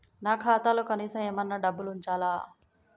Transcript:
నా ఖాతాలో కనీసం ఏమన్నా డబ్బులు ఉంచాలా?